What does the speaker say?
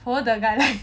for the guy leh